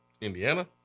Indiana